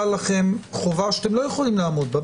עליכם חובה שאתם לא יכולים לעמוד בה,